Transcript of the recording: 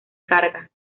carga